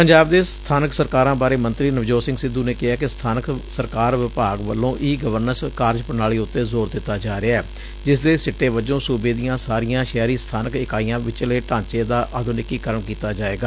ਪੰਜਾਬ ਦੇ ਸਬਾਨਕ ਸਰਕਾਰਾਂ ਬਾਰੇ ਮੰਤਰੀ ਨਵਜੋਤ ਸਿੰਘ ਸਿੱਧੂ ਨੇ ਕਿਹੈ ਕਿ ਸਬਾਨਕ ਸਰਕਾਰ ਵਿਭਾਗ ਵੱਲੋਂ ਈ ਗਵਰਨੈਂਸ ਕਾਰਜਪੁਣਾਲੀ ਉੱਤੇ ਜੋਰ ਦਿੱਤਾ ਜਾ ਰਿਹੈ ਜਿਸਦੇ ਸਿੱਟੇ ਵਜੋ ਸੁਬੇ ਦੀਆਂ ਸਾਰੀਆਂ ਸ਼ਹਿਰੀ ਸਬਾਨਕ ਇਕਾਈਆਂ ਵਿੱਚਲੇ ਢਾਂਚੇ ਦਾ ਆਧੁਨਿਕੀਕਰਨ ਕੀਤਾ ਜਾਵੇਗਾ